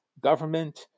government